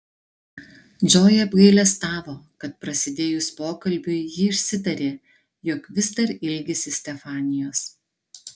džoja apgailestavo kad prasidėjus pokalbiui ji išsitarė jog vis dar ilgisi stefanijos